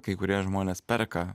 kai kurie žmonės perka